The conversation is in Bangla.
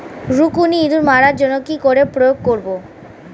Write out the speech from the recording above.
রুকুনি ইঁদুর মারার জন্য কি করে প্রয়োগ করব?